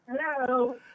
Hello